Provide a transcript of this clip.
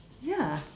ya